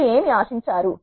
మీరు ఏమి ఆశించారు